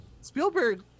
Spielberg